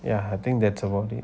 yeah I think that's about it